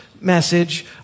message